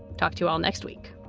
talk to you all next week